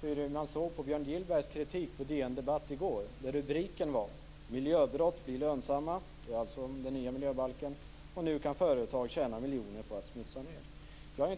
hur hon såg på Björn Gillbergs kritik på DN Debatt i går. Rubriken var "Miljöbrott blir lönsamma". Det handlar alltså om den nya miljöbalken. Vidare stod det: "Nu kan företag tjäna miljoner på att smutsa ner."